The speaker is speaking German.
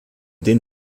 den